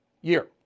year